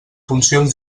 funcions